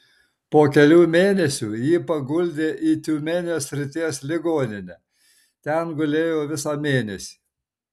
po kelių mėnesių jį paguldė į tiumenės srities ligoninę ten gulėjo visą mėnesį